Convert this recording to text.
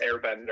Airbender